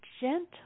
gentle